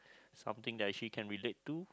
something that actually can relate to